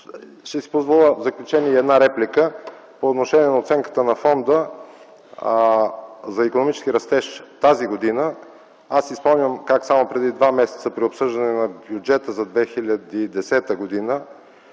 Ще си позволя в заключение и една реплика по отношение на оценката на Фонда за икономически растеж тази година. Аз си спомням как само преди два месеца при обсъждането на бюджета за 2010 г.,